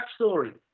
backstory